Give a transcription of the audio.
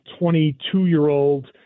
22-year-old